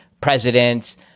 presidents